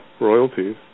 royalties